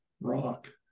rock